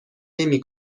نمی